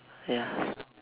ya